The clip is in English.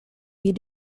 you